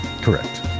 Correct